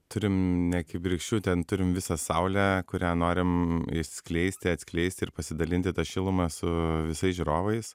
turim ne kibirkščių ten turim visą saulę kurią norim skleisti atskleisti ir pasidalinti ta šiluma su visais žiūrovais